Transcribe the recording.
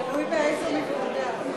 תלוי באיזו מפלגה.